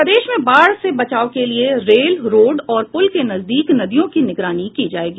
प्रदेश में बाढ़ से बचाव के लिए रेल रोड और पुल के नजदीक नदियों की निगरानी की जाएगी